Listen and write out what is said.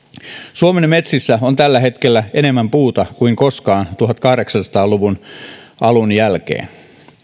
suomen metsissä on tällä hetkellä enemmän puuta kuin koskaan tuhatkahdeksansataa luvun alun jälkeen